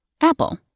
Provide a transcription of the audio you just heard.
Apple